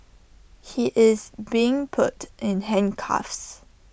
he is being put in handcuffs